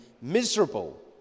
miserable